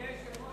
אדוני היושב-ראש,